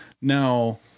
Now